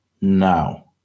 now